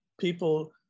people